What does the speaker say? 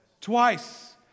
Twice